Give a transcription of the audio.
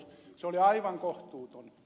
se oli aivan kohtuuton